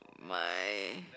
my